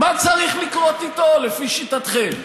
מה צריך לקרות איתו, לפי שיטתכם?